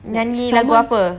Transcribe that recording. nyanyi lagu apa